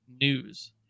news